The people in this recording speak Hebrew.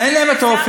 אדוני השר,